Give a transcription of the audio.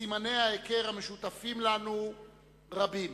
סימני ההיכר המשותפים לנו רבים.